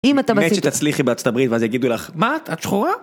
אם אתה מציג אמן שתצליחי בארצות הברית ואז יגידו לך: מה? את שחורה?